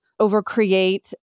overcreate